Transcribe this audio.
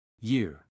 Year